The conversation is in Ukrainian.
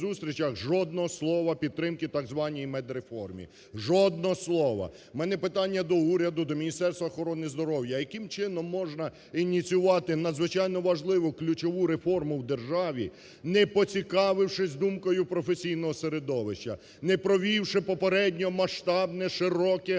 жодного слова підтримки так званій медреформі, жодного слова. У мене питання до уряду, до Міністерства охорони здоров'я, а яким чином можна ініціювати надзвичайно важливу ключову реформу в державі, не поцікавившись думкою професійного середовища, не провівши попередньо масштабне, широке,